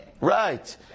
Right